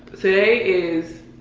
today is,